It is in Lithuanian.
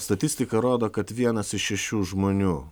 statistika rodo kad vienas iš šešių žmonių